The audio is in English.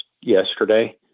yesterday